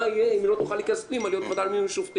מה יהיה אם היא לא תוכל להיכנס פנימה ולהיות בוועדה למינוי שופטים?